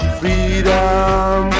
freedom